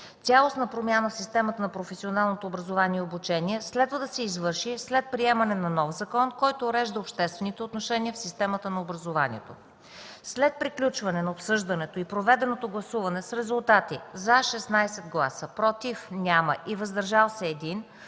цялостна промяна в системата на професионалното образование и обучение следва да се извърши след приемане на нов закон, който урежда обществените отношения в системата на образованието. След приключване на обсъждането и проведено гласуване с резултати: „за” – 16 гласа, без „против” и „въздържал се” – 1,